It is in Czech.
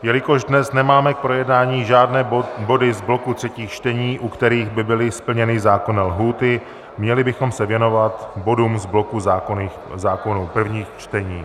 Jelikož dnes nemáme k projednání žádné body z bloku třetích čtení, u kterých by byly splněny zákonné lhůty, měli bychom se věnovat bodům z bloku zákonů prvních čtení.